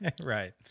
Right